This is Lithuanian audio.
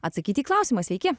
atsakyt į klausimą sveiki